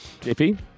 JP